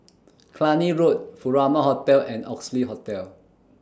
Cluny Road Furama Hotel and Oxley Hotel